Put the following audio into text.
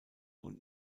und